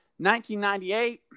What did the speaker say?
1998